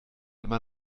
immer